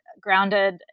grounded